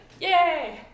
Yay